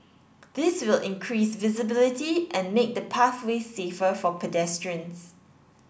this will increase visibility and make the pathway safer for pedestrians